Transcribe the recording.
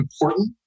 important